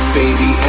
baby